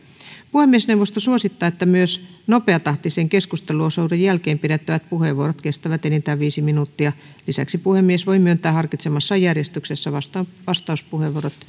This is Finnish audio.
puhemiesneuvosto suosittaa että myös nopeatahtisen keskusteluosuuden jälkeen pidettävät puheenvuorot kestävät enintään viisi minuuttia lisäksi puhemies voi myöntää harkitsemassaan järjestyksessä vastauspuheenvuoroja